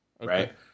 right